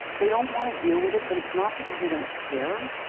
they don't want to deal with it but it's not because they don't care.